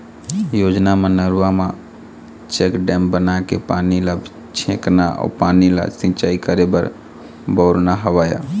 योजना म नरूवा म चेकडेम बनाके पानी ल छेकना अउ पानी ल सिंचाई करे बर बउरना हवय